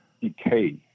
decay